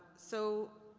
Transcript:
so,